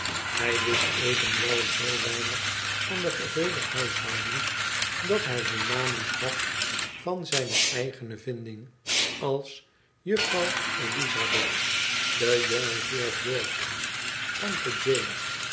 hij wist evenwel zoo weinig van de geheele huishouding dat hij hun namen gaf van zijne eigene vmding als juffrouw elizabeth de jone heergeorge tante jane